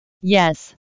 Yes